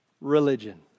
religion